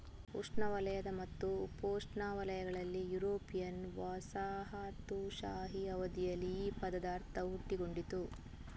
ಉಷ್ಣವಲಯ ಮತ್ತು ಉಪೋಷ್ಣವಲಯಗಳಲ್ಲಿ ಯುರೋಪಿಯನ್ ವಸಾಹತುಶಾಹಿ ಅವಧಿಯಲ್ಲಿ ಈ ಪದದ ಅರ್ಥವು ಹುಟ್ಟಿಕೊಂಡಿತು